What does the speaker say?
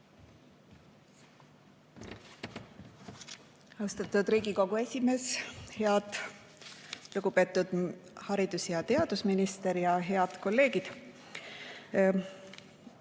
Austatud Riigikogu esimees! Hea lugupeetud haridus- ja teadusminister! Head kolleegid!